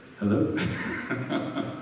Hello